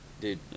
Dude